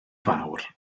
fawr